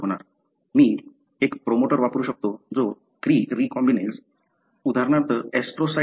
मी एक प्रोमोटर वापरू शकतो जो क्री रीकॉम्बिनेज उदाहरणार्थ मध्ये चालवतो ऍस्ट्रोसाइट्स